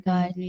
God